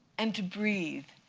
and to breathe,